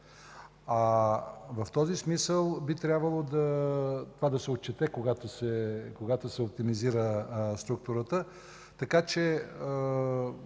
В този смисъл би трябвало това да се отчете, когато се оптимизира структурата.